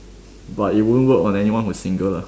but it won't work on anyone who is single